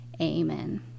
amen